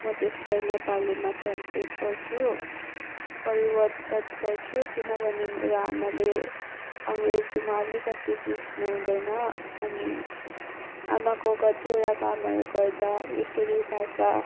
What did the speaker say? म त्यसलाई नेपालीमा ट्रान्सलेट गर्छु परिवर्तन किनभने मेरो आमाले अङ्ग्रेजीमा अलिकति बुझ्नुहुँदैन अनि आमाको कतिवटा कामहरू गर्दा यसरी भाषा